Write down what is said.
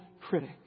critic